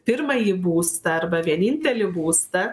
pirmąjį būstą arba vienintelį būstą